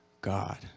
God